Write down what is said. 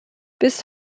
bis